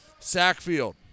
Sackfield